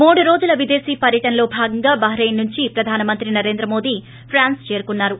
మూడు రోజుల విదేశీ పర్యటనలో భాగంగా బహ్రాయిన్ నుంచి ప్రధాన మంత్రి నరేంద్ర మోదీ ఫ్రాన్స్ చేరుకున్నారు